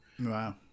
Wow